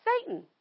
Satan